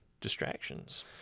distractions